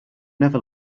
never